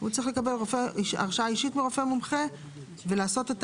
הוא צריך לקבל הרשאה אישית מרופא מומחה ולעשות את